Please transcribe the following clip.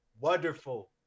wonderful